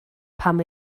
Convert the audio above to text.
pam